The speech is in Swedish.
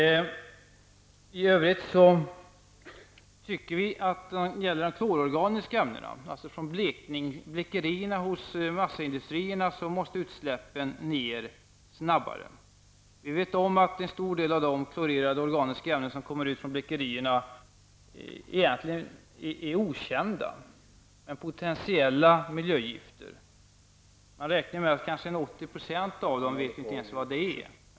Vidare menar vi att utsläppen av klororganiska ämnen måste minskas snabbare. Det gäller alltså utsläpp alltså från blekerierna hos massaindustrierna. Vi vet att en stor del av de klorerade organiska ämnena som kommer ut från blekerierna egentligen är okända. Det är potentiella miljögifter. Man räknar med att vi inte ens vet vad 80 % av dem är.